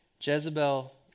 Jezebel